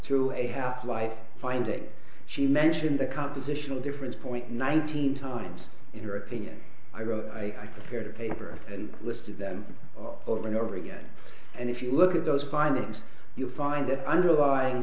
through a half life finding she mentioned the compositional difference point nineteen times in her opinion i wrote i prepared a paper and listed them over and over again and if you look at those findings you find that underlying